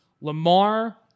Lamar